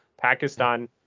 Pakistan